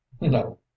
no